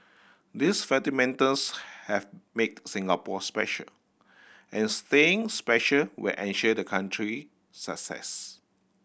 these fundamentals have made Singapore special and staying special will ensure the country success